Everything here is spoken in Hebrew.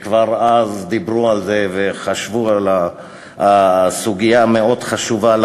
שכבר אז דיברו על זה וחשבו על הסוגיה המאוד-חשובה הזאת,